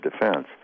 Defense